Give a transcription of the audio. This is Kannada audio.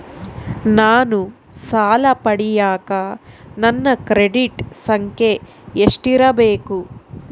ನಾನು ಸಾಲ ಪಡಿಯಕ ನನ್ನ ಕ್ರೆಡಿಟ್ ಸಂಖ್ಯೆ ಎಷ್ಟಿರಬೇಕು?